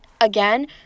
again